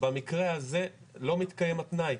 במקרה הזה, לא מתקיים התנאי,